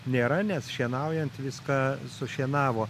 nėra nes šienaujant viską sušienavo